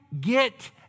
get